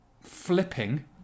flipping